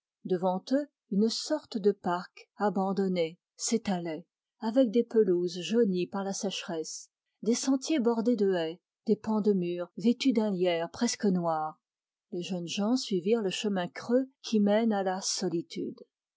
devant eux une sorte de parc abandonné s'étalait avec des pelouses jaunies par la sécheresse des sentiers bordés de haies des pans de murs vêtus d'un lierre noir les jeunes gens suivirent le chemin creux qui mène à la solitude